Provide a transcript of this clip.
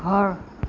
ঘৰ